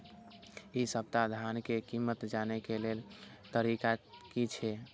इ सप्ताह धान के कीमत जाने के लेल तरीका की छे?